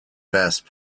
best